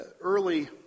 early